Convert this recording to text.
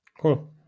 cool